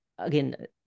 Again